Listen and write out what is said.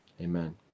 Amen